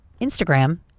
Instagram